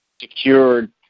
secured